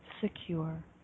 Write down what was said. secure